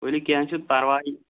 ؤلِو کینٛہہ چھِنہٕ پَرواے